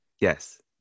Yes